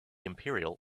imperial